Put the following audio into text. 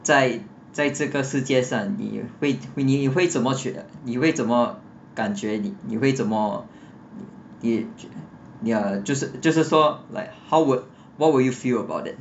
在在这个世界上你会你会你会怎么觉得你会怎么感觉你你会怎么你你 uh 就是就是说 like how would what would you feel about that